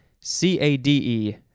C-A-D-E